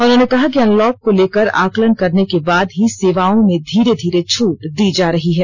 उन्होंने कहा कि अनलॉक को लेकर आकलन करने के बाद ही सेवाओं में धीरे धीरे छूट दी जा रही है